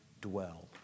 dwell